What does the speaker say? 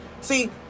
See